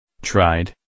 Tried